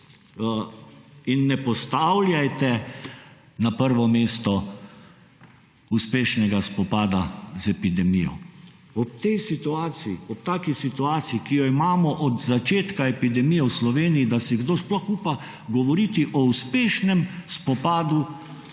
In ne postavljajte na prvo mesto uspešnega spopada z epidemijo. Ob tej situaciji, ob taki situaciji, ki jo imamo od začetka epidemije v Sloveniji, da si kdo sploh upa govoriti o uspešnem spopadu